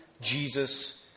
Jesus